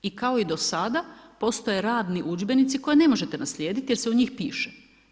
I kao i do sada postoje radni udžbenici koje ne možete naslijediti jer se u njih piše.